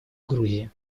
грузии